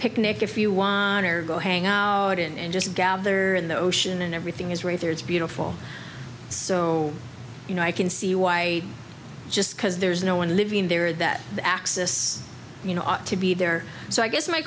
picnic if you want go hang out in and just gather in the ocean and everything is right there it's beautiful so you know i can see why just because there's no one living there that axis you know ought to be there so i guess my